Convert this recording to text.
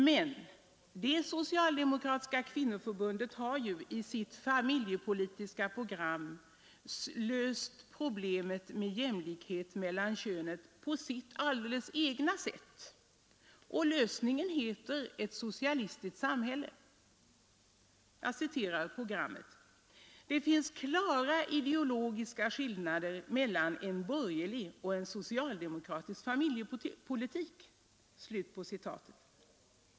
Men det socialdemokratiska kvinnoförbundet har ju i sitt familjepolitiska program löst problemet med jämlikhet mellan könen på sitt alldeles egna sätt, och lösningen heter ett socialistiskt samhälle. Jag citerar ur programmet att ”det finns klara ideologiska skillnader mellan en borgerlig och en socialdemokratisk familjepolitik”.